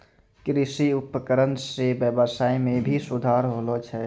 कृषि उपकरण सें ब्यबसाय में भी सुधार होलो छै